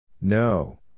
No